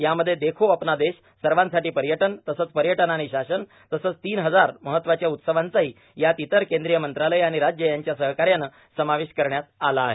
यामध्ये देखो अपना देश सर्वांसाठी पर्यटन तसंच पर्यटन आणि शासन तसंच तीन हजार महत्वाच्या उत्सवांचाही यात इतर केंद्रीय मंत्रालय आणि राज्य यांच्या सहकार्यानं समावेश करण्यात आला आहे